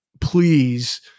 Please